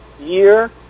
year